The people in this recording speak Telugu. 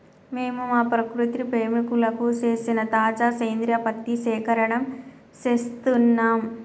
మేము మా ప్రకృతి ప్రేమికులకు సేసిన తాజా సేంద్రియ పత్తి సేకరణం సేస్తున్నం